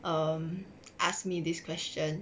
um asked me this question